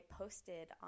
posted